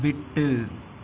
விட்டு